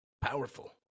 powerful